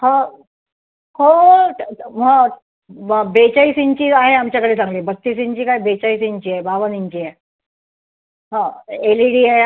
हो हो हं ब बेचाळीस इंची आहे आमच्याकडे चांगले बत्तीस इंची काय बेचाळीस इंची आहे बावन इंची आहे हो ए एल ई डी आहे